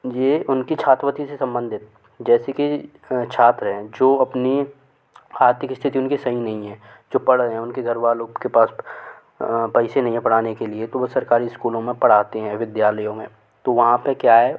ये उनकी छात्रवृति से संबंधित जैसे कि छात्र हैं जो अपनी आर्थिक स्थिति उनकी सही नहीं है जो पढ़ रहे हैं उनके घरवालों के पास पैसे नई हैं पढ़ाने के लिए तो वो सरकारी स्कूलों में पढ़ाते हैं विद्यालयों में तो वहाँ पर क्या है